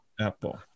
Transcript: Apple